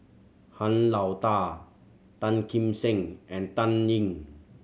Han Lao Da Tan Kim Seng and Dan Ying